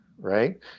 Right